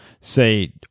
say